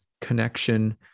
connection